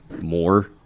more